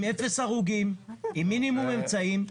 עם מינימום אמצעים.